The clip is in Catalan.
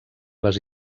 les